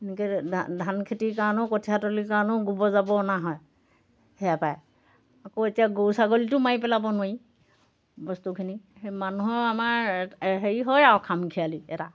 এনেকৈ ধান খেতিৰ কাৰণেও কঠীয়াতলীৰ কাৰণেও গোবৰ জাবৰ অনা হয় সেয়াপৰাই আকৌ এতিয়া গৰু ছাগলীটো মাৰি পেলাব নোৱাৰি বস্তুখিনি মানুহৰ আমাৰ হেৰি হয় আৰু খাম খেয়ালি এটা